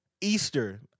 Easter